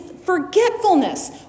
forgetfulness